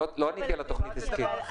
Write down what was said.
לא עניתי על התוכנית העסקית.